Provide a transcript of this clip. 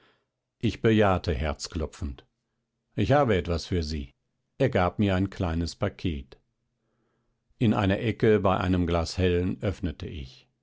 ich bejahte herzklopfend ich habe etwas für sie er gab mir ein kleines paket in einer ecke bei einem glas hellen öffnete ich